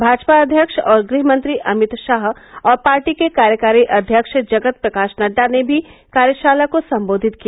भाजपा अध्यक्ष और गृह मंत्री अमित शाह और पार्टी के कार्यकारी अध्यक्ष जगत प्रकाश नड्डा ने भी कार्यशाला को संबोधित किया